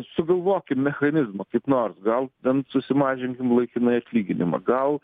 sugalvokim mechanizmą kaip nors gal bent susimažinkim laikinai atlyginimą gal